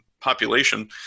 population